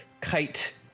kite